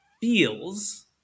feels